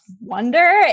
wonder